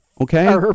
Okay